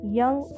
young